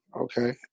okay